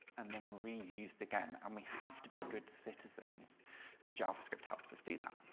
and then reused again, and we have to be good citizens, and javascript helps us do that.